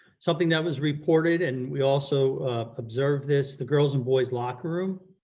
something that was reported and we also observed this, the girls and boys locker room,